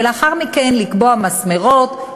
ולאחר מכן לקבוע מסמרות,